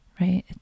right